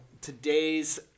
today's